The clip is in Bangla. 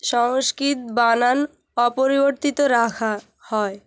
সংস্কৃত বানান অপরিবর্তিত রাখা হয়